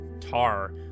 tar